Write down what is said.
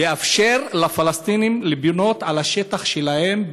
לאפשר לפלסטינים לבנות על השטח שלהם,